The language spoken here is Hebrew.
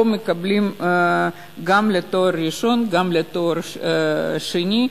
פה הם מקבלים גם לתואר ראשון, גם לתואר שני.